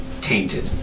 tainted